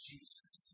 Jesus